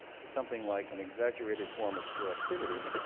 to something like an exaggerated form of selectivity,